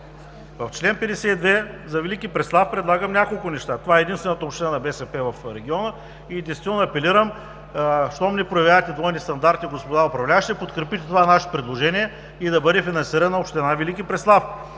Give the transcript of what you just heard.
В чл. 52 за Велики Преслав предлагам няколко неща. Това е единствената община на БСП в региона и действително апелирам: щом не проявявате двойни стандарти, господа управляващи, да подкрепите това наше предложение и да бъде финансирана община Велики Преслав